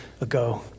ago